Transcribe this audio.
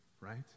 right